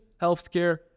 healthcare